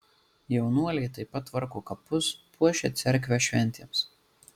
jaunuoliai taip pat tvarko kapus puošia cerkvę šventėms